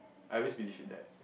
I always believe in that